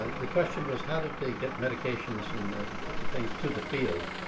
the question was how did they get medications and things to the field?